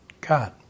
God